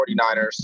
49ers